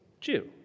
Jew